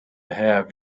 have